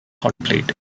hotplate